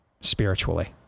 spiritually